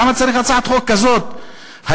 למה צריך הצעת חוק כזאת היום,